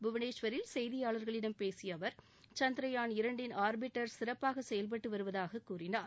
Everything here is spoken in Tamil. புவனேஸ்வரில் செய்தியாளர்களிடம் பேசிய அவர் சந்திரயான் இரன்டின் ஆர்பிட்டர் சிறப்பாக செயல்பட்டு வருவதாகக் கூறினார்